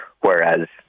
whereas